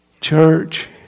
Church